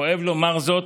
כואב לומר זאת.